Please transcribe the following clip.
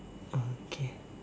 okay